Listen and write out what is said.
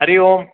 हरिः ओम्